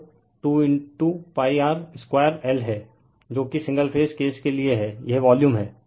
तो 2 pi r 2 l हैं जो कि सिंगल फेज केस के लिए है यह वॉल्यूम है